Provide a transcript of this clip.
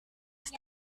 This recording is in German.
ist